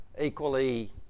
equally